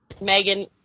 Megan